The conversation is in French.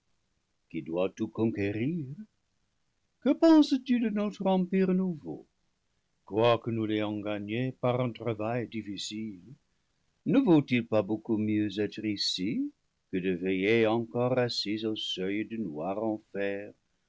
qui dois tout conquérir que penses-tu de notre empire nouveau quoique nous l'ayons ga gné par un travail difficile ne vaut-il pas beaucoup mieux être ici que de veiller encore assis au seuil du noir enfer